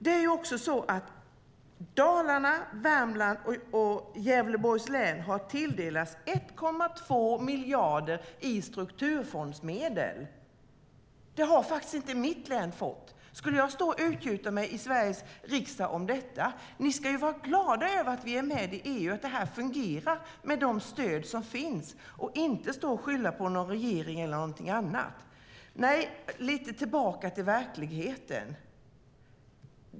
Det är också så att Dalarnas, Värmlands och Gävleborgs län har tilldelats 1,2 miljarder i strukturfondsmedel. Det har faktiskt inte mitt län tilldelats. Skulle jag stå och utgjuta mig i Sveriges riksdag om det? Ni ska vara glada över att vi är med EU och att de stöd som finns fungerar, inte stå och skylla på någon regering eller någonting annat. Nej, tillbaka till verkligheten!